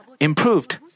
improved